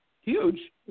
Huge